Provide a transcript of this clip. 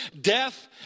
Death